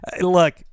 look